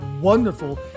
wonderful